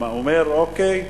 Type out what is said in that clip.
והוא אומר: אוקיי,